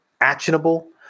Actionable